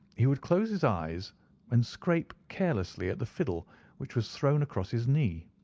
he would close his eyes and scrape carelessly at the fiddle which was thrown across his knee.